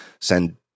send